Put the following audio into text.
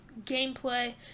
gameplay